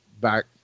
back